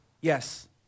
Yes